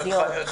אי אפשר,